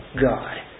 God